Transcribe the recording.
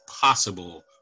Possible